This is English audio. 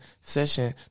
session